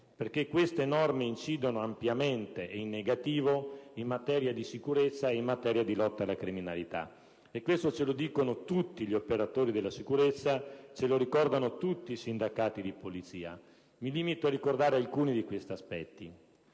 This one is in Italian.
perché queste norme incidono ampiamente e in negativo in materia di sicurezza e in materia di lotta alla criminalità. E questo ce lo dicono tutti gli operatori della sicurezza, ce lo ricordano tutti i sindacati di Polizia. Mi limito a ricordare alcuni di questi aspetti.